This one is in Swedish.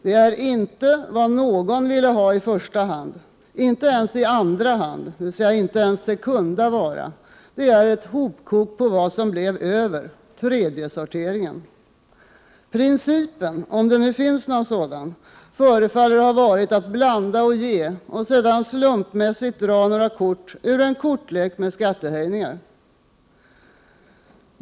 Det är inte vad någon ville ha i första hand, inte ens i andra hand, dvs. inte ens sekunda vara. Det är ett hopkok på vad som blev över — tredjesorteringen. Principen — om det finns någon — förefaller ha varit att blanda och ge och sedan slumpmässigt dra några kort ur en kortlek med skattehöjningar.